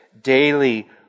Daily